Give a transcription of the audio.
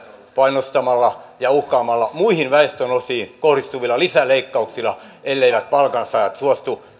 painostamalla ja uhkaamalla muihin väestönosiin kohdistuvilla lisäleikkauksilla elleivät palkansaajat suostu